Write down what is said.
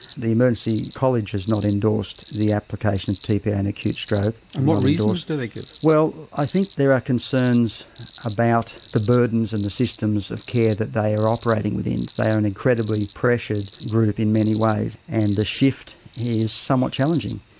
the emergency college has not endorsed the application of tpa in acute stroke. and what reasons do they give? well i think there are concerns about the burdens and the systems of care that they are operating within. they are an incredibly pressured group in many ways and the shift is somewhat challenging.